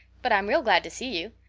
but i'm real glad to see you.